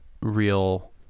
real